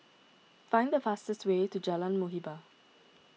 find the fastest way to Jalan Muhibbah